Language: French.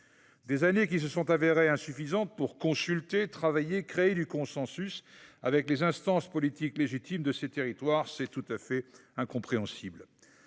Ces années se sont donc révélées insuffisantes pour consulter, travailler, créer du consensus avec les instances politiques légitimes de ces territoires. C’est tout à fait incompréhensible